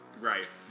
Right